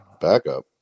backup